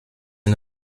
est